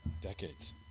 decades